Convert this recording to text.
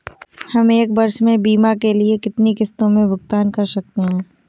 हम एक वर्ष में बीमा के लिए कितनी किश्तों में भुगतान कर सकते हैं?